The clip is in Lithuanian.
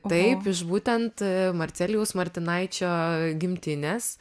taip iš būtent marcelijaus martinaičio gimtinės